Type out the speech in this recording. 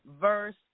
verse